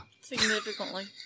Significantly